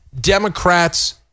Democrats